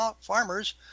farmers